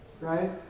Right